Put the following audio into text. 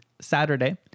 saturday